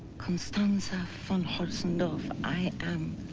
constanza von holzendorf. i am.